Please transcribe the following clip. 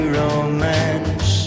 romance